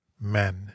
men